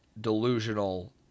delusional